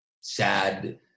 sad